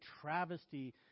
travesty